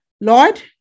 Lord